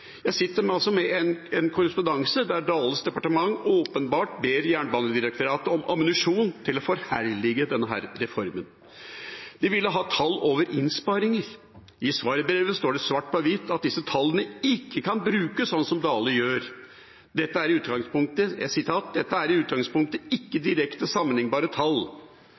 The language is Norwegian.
Jeg sitter med en korrespondanse der Dales departement åpenbart ber Jernbanedirektoratet om ammunisjon til å forherlige denne reformen. De vil ha tall over innsparinger. I svarbrevet står det svart på hvitt at disse tallene ikke kan brukes slik Dale gjør: «Dette er i utgangspunktet ikke direkte sammenlignbare tall,